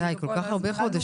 די, כל כך הרבה חודשים.